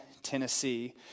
Tennessee